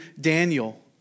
Daniel